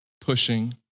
pushing